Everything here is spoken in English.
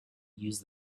use